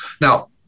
Now